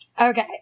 Okay